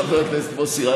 חבר הכנסת מוסי רז,